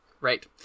right